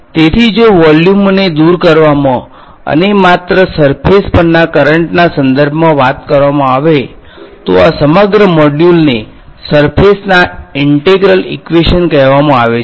તેથી જો વોલ્યુમોને દૂર કરવામાં અને માત્ર સર્ફેસ પરના કરંટના સંદર્ભમાં વાત કરવામાં આવે તો આ સમગ્ર મોડ્યુલને સર્ફેસના ઈંટેગ્રલ ઈક્વેશન કહેવામાં આવે છે